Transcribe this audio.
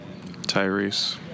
Tyrese